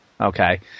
Okay